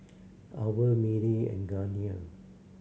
owl Mili and Garnier